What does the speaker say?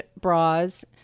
bras